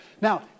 Now